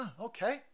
okay